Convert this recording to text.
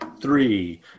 three